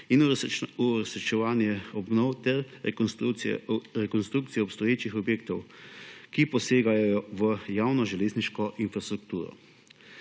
ter uresničevanje obnov ter rekonstrukcije obstoječih objektov, ki posegajo v javno železniško infrastrukturo.